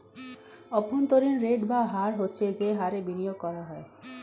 অভ্যন্তরীণ রেট বা হার হচ্ছে যে হারে বিনিয়োগ করা হয়